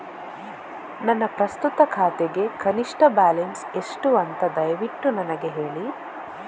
ನನ್ನ ಪ್ರಸ್ತುತ ಖಾತೆಗೆ ಕನಿಷ್ಠ ಬ್ಯಾಲೆನ್ಸ್ ಎಷ್ಟು ಅಂತ ದಯವಿಟ್ಟು ನನಗೆ ಹೇಳಿ